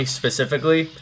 specifically